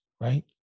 Right